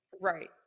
Right